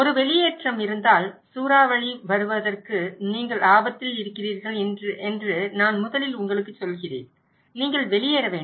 ஒரு வெளியேற்றம் இருந்தால் சூறாவளி வருவதால் நீங்கள் ஆபத்தில் இருக்கிறீர்கள் என்று நான் முதலில் உங்களுக்கு சொல்கிறேன் நீங்கள் வெளியேற வேண்டும்